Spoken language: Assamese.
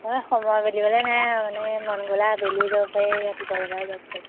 অঁ সময় বুলিবলৈ নাই আৰু মানে মন গ'লে আবেলিও যাব পাৰি ৰাতিপুৱাবেলাও যাব পাৰি